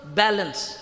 balance